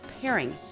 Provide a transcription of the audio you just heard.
pairing